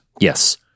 Yes